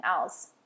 else